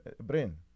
brain